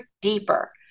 deeper